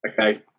okay